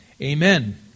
Amen